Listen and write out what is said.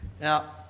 Now